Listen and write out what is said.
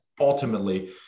ultimately